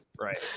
Right